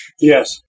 Yes